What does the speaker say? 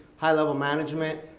high level management,